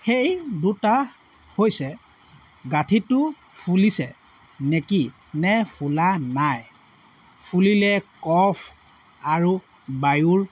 সেই দুটা হৈছে গাঁঠিটো ফুলিছে নেকি নে ফুলা নাই ফুলিলে কফ আৰু বায়ুৰ